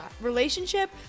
relationship